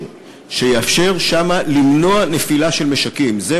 כלשהו שיאפשר למנוע נפילה של משקים שם.